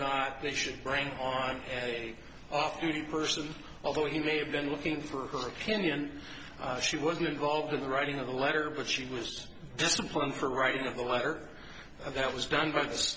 not they should rank on a off duty person although he may have been looking for her opinion she wasn't involved in the writing of the letter but she was disciplined for writing a letter that was done by th